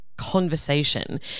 conversation